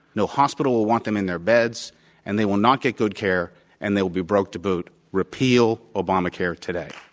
no hospital will want them in their beds and they will not get good care and they will be broke to boot. repeal obamacare today.